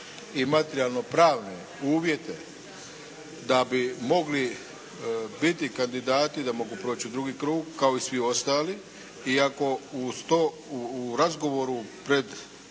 i materijalno-pravne uvjete da bi mogli biti kandidati, da mogu proći u drugi krug, kao i svi ostali i ako uz to, u razgovoru pred